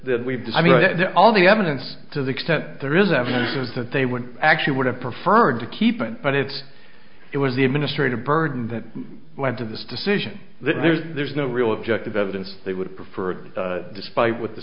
that we've had all the evidence to the extent there is evidence is that they would actually would have preferred to keep an eye on it it was the administrative burden that went to this decision that there's no real objective evidence they would prefer despite what the